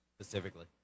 specifically